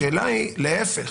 השאלה היא להפך: